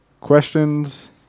questions